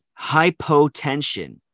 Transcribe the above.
hypotension